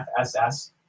FSS